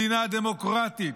מדינה דמוקרטית,